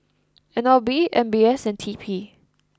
N L B M B S and T P